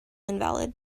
invalid